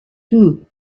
too